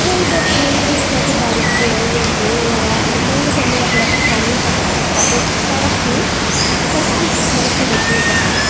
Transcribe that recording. कोई बरखा गी नी दिक्खेआ कि बारिश पवा दी ऐ जां केह् होआ दा ऐ मज़े कन्नै असैं अपना पर्पार्मैंस दित्ता ते साढ़ा स्कूल मतलव फस्ट पोज़िशन उप्पर आया